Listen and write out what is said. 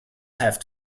have